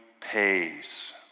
pays